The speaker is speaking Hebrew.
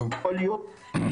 לא יכול להיות -- (שיבוש טכני בזום),